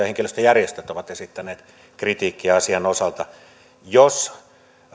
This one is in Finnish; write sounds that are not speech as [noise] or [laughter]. [unintelligible] henkilöstöjärjestöt ovat esittäneet kritiikkiä asian osalta jos